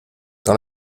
dans